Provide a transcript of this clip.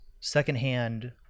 secondhand